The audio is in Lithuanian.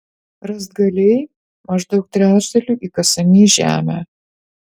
rąstgaliai maždaug trečdaliu įkasami į žemę